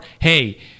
hey